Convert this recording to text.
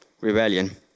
rebellion